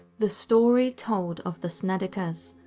the story told of the snedekers,